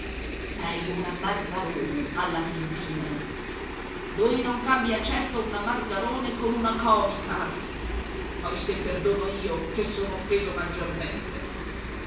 sei una margarone alla fin fine lui non cambia certo una margarone con una comica poi se perdono io che sono offeso maggiormente